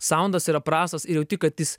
saundas yra prastas ir jauti kad jis